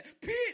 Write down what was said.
peace